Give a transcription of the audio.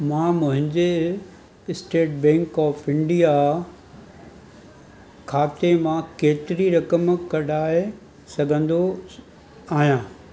मां मुंहिंजे state bank of India खाते मां केतिरी रक़म कढाए सघंदो आहियां